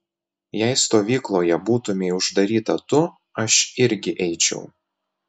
jei stovykloje būtumei uždaryta tu aš irgi eičiau